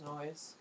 noise